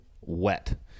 wet